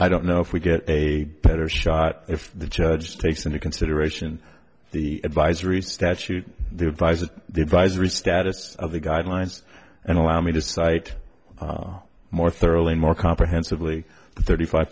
i don't know if we get a better shot if the judge takes into consideration the advisory statute the advise of the advisory status of the guidelines and allow me to cite more thoroughly more comprehensively thirty five